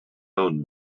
own